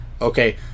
okay